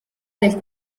del